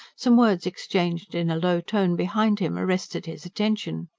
some words exchanged in a low tone behind him arrested his attention.